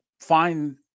find